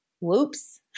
whoops